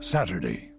Saturday